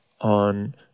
on